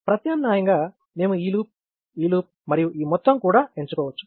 ప్రత్యామ్నాయంగా మేము ఈ లూప్ ఈ లూప్ మరియు ఈ మొత్తం కూడా ఎంచుకోవచ్చు